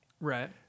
Right